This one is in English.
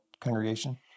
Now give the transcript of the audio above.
congregation